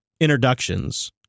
introductions